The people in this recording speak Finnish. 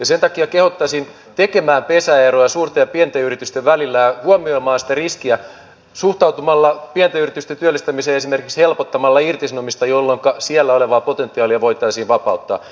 sen takia kehottaisin tekemään pesäeroa suurten ja pienten yritysten välillä ja huomioimaan sitä riskiä suhtautumalla pienten yritysten työllistämiseen esimerkiksi siten että helpotetaan irtisanomista jolloinka siellä olevaa potentiaalia voitaisiin vapauttaa